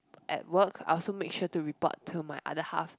at work I also make to report to my other half